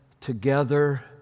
together